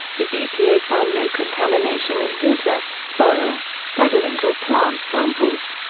the epa found no contamination in water, soil, sediment or plant samples.